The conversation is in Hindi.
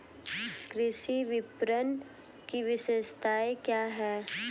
कृषि विपणन की विशेषताएं क्या हैं?